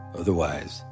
otherwise